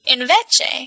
Invece